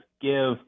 give –